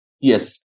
Yes